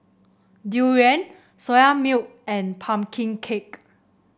durian Soya Milk and pumpkin cake